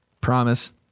promise